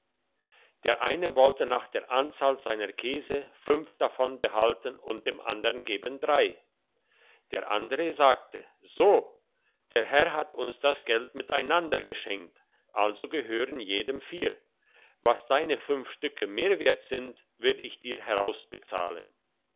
der eine wollte nach der anzahl seiner käse fünf davon behalten und dem andern geben drei der andere sagte so der herr hat uns das geld miteinander geschenkt also gehören jedem vier was deine fünf stücke mehr wert sind will ich dir